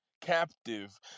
captive